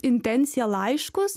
intencija laiškus